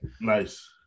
Nice